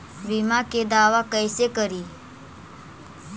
बीमा के दावा कैसे करी?